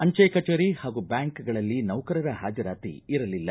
ಅಂಚೆ ಕಚೇರಿ ಹಾಗೂ ಬ್ಯಾಂಕ್ ಗಳಲ್ಲಿ ನೌಕರರ ಹಾಜರಾತಿ ಇರಲಿಲ್ಲ